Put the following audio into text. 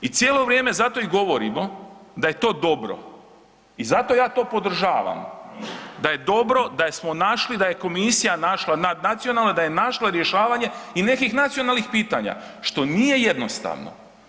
I cijelo vrijeme zato i govorimo da je to dobro i zato ja to podržavam da je dobro da smo našli da je komisija našla, nadnacionalna, da je našla rješavanje i nekih nacionalnih pitanja, što nije jednostavno.